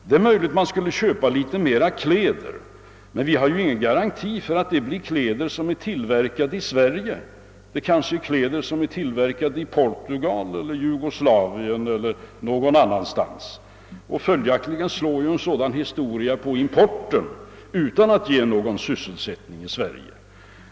Det är möjligt att folk skulle köpa litet mera kläder. Men vi har ingen garanti för att det blir kläder som är tillverkade i Sverige. De har kanske tillverkats i Portugal, Jugoslavien eller någon annanstans. Följaktligen gör en sådan sak utslag på importen, utan att ge någon sysselsättning i Sverige.